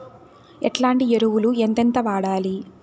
ఎట్లాంటి ఎరువులు ఎంతెంత వాడాలి?